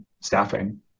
staffing